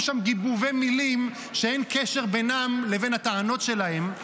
שם גיבובי מילים שאין קשר בינם לבין הטענות שלהם,